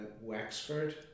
Wexford